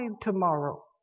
tomorrow